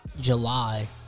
July